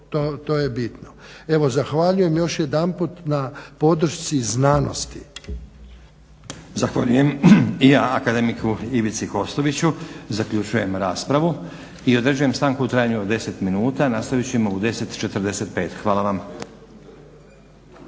to je bitno. Evo, zahvaljujem još jedanput na podršci znanosti.